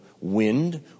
wind